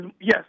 yes